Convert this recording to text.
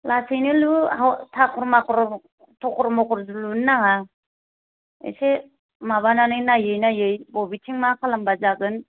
लासैनो लु थाखर माखर थखर मखर लुनो नाङा एसे माबानानै नायै नायै बबेथिं मा खालामबा जागोन